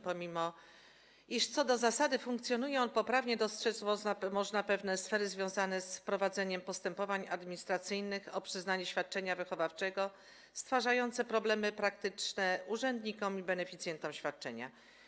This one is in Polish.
Pomimo, że co do zasady funkcjonuje on poprawnie, możemy dostrzec pewne sfery związane z prowadzeniem postępowań administracyjnych o przyznanie świadczenia wychowawczego, które stwarzają problemy praktyczne urzędnikom i beneficjentom świadczenia.